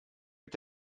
mit